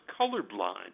colorblind